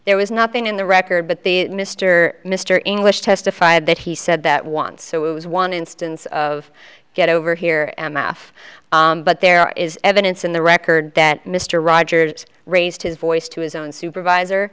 there was nothing in the record but the mr mr english testified that he said that once so it was one instance of get over here i am off but there is evidence in the record that mr rogers raised his voice to his own supervisor